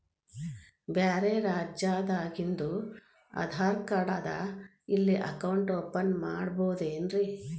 ಬ್ಯಾರೆ ರಾಜ್ಯಾದಾಗಿಂದು ಆಧಾರ್ ಕಾರ್ಡ್ ಅದಾ ಇಲ್ಲಿ ಅಕೌಂಟ್ ಓಪನ್ ಮಾಡಬೋದೇನ್ರಿ?